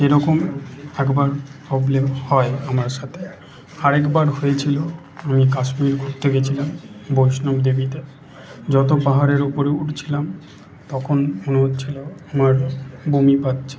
এই রকম একবার প্রবলেম হয় আমার সাথে আরেকবার হয়েছিল আমি কাশ্মীর ঘুরতে গেছিলাম বৈষ্ণবদেবীতে যত পাহাড়ের ওপরে উঠছিলাম তখন মনে হচ্ছিল আমার বমি পাচ্ছে